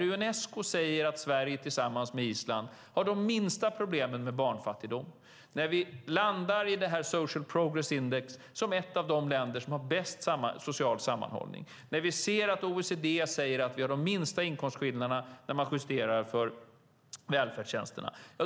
Unesco säger att Sverige tillsammans med Island har minst problem med barnfattigdom, och vi hamnar i Social Progress Index som ett av de länder som har bäst social sammanhållning. OECD säger att vi har de minsta inkomstskillnaderna när man justerar för välfärdstjänsterna.